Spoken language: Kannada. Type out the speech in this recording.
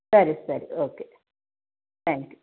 ಸರಿ ಸರಿ ಓಕೆ ಥ್ಯಾಂಕ್ ಯು